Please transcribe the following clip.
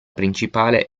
principale